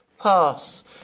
pass